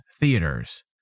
theaters